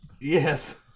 Yes